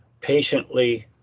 patiently